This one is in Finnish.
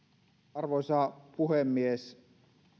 arvoisa puhemies